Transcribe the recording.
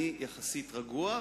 אני יחסית רגוע,